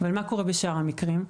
אבל מה קורה בשאר המקרים?